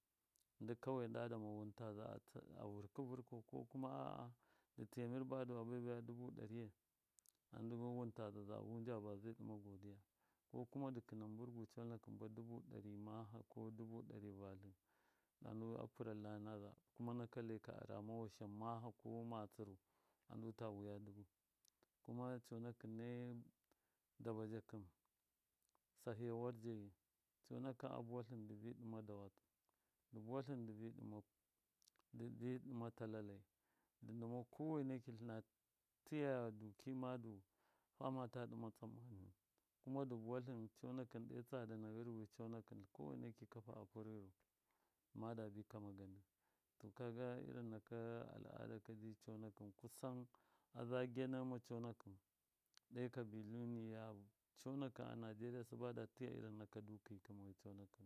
Ndɨ ka wai nda dama wɨntaza a vɨrkɨ vɨrkau a. a dɨ tiya mir badu a bai baya dubu ɗariyai adama wɨntaza zavu da bazai ɗɨma godiya ko kuna dɨ kɨna mbɨrgu conakɨn ba dubu ɗari maha ko dubu ɗari vatlɨ andu a pura lai naza kuma naka laika arama washahan mahau ko matsɨru andu ta wuya dɨbɨ kuma conakɨn nai dabaja kɨn sahɨya war, jeyi coonakɨn abuwatlɨn dɨbɨ ɗɨma dawatsɨ dɨ buwalɨn dɨbi ɗɨmna talalai dɨma kowaiki tlɨna tsɨya duki madu fama ta ɗɨma tsammaniyu kuma dɨ buwatlɨn coonakɨn ɗe tsada na ghɨruwi koweneki kafa a pɨr ghɨru mada dabɨ kama gandɨ kaga irin naka al. adaka ji conakɨn kusa a zagiya nama coonakɨn dai kabilu coonakɨn a nageria sɨbada tiya irin naka duki ka moyu.